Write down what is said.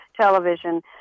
television